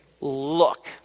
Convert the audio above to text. look